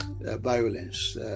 violence